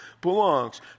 belongs